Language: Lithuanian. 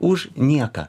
už nieką